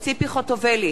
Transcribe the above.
נגד דב חנין,